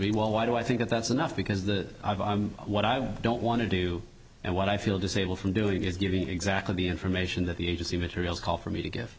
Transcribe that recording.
well why do i think that's enough because the what i don't want to do and what i feel disabled from doing is giving exactly the information that the agency materials call for me to give